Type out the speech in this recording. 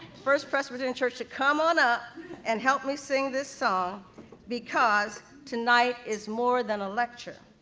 first presbyterian church, to come on up and help me sing this song because tonight is more than a lecture.